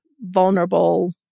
vulnerable